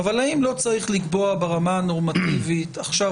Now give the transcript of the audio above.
אבל האם לא צריך לקבוע ברמה הנורמטיבית עכשיו